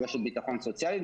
רשת ביטחון סוציאלי.